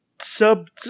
sub